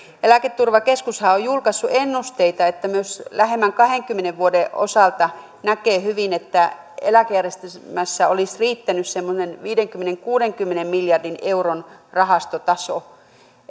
eläketurvakeskushan on on julkaissut ennusteita että myös lähemmän kahdenkymmenen vuoden osalta näkee hyvin että eläkejärjestelmässä olisi riittänyt semmoinen viidenkymmenen viiva kuudenkymmenen miljardin euron rahastotaso